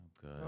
Good